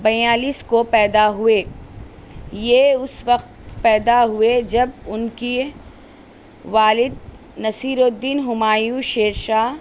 بیالس کو پیدا ہوئے یہ اس وقت پیدا ہوئے جب ان کے والد نصیرالدین ہمایوں شیر شاہ